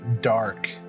dark